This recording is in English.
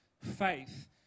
faith